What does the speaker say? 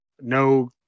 no